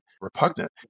repugnant